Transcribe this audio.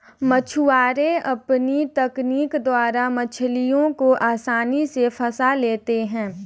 मछुआरे अपनी तकनीक द्वारा मछलियों को आसानी से फंसा लेते हैं